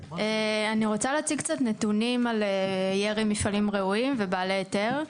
אני רוצה להציג קצת נתונים על ירי מפעלים ראויים ובעלי היתר.